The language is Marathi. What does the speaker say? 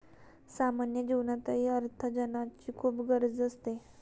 सामान्य जीवनातही अर्थार्जनाची खूप गरज असते